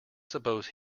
suppose